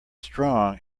strong